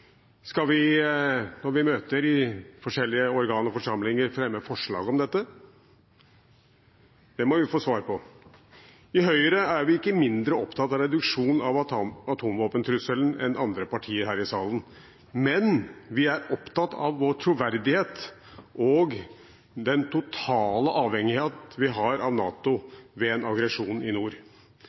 Skal vi når vi møter i forskjellige organer og forsamlinger, fremme forslag om dette? Det må vi få svar på. I Høyre er vi ikke mindre opptatt av reduksjon av atomvåpentrusselen enn andre partier her i salen, men vi er opptatt av vår troverdighet og av den totale avhengighet vi har av NATO ved en aggresjon i nord.